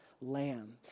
lamb